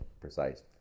precise